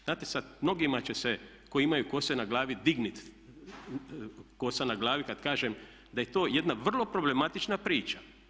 Znate sada, mnogima će se koji imaju kose na glavi dignuti kosa na glavi kada kažem da je to jedna vrlo problematična priča.